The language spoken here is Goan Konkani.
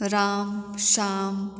राम श्याम